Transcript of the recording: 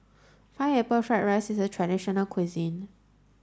pineapple fried rice is a traditional local cuisine